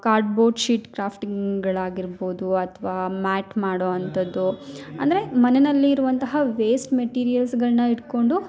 cardboard sheet ಕ್ರಾಫ್ಟಿಂಗ್ಗಳು ಆಗಿರ್ಬೋದು ಅಥ್ವ ಮ್ಯಾಟ್ ಮಾಡುವಂಥದ್ದು ಅಂದರೆ ಮನೆನಲ್ಲಿ ಇರುವಂತಹ ವೇಸ್ಟ್ ಮೆಟಿರಿಯಲ್ಸ್ಗಳ್ನ ಇಟ್ಕೊಂಡು